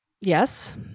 Yes